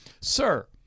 Sir